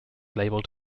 labelled